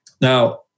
Now